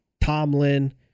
Tomlin